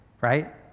Right